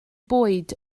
bwyd